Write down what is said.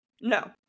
No